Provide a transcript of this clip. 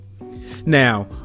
Now